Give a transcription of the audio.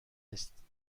نیست